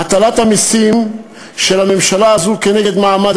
הטלת המסים של הממשלה הזו כנגד מעמד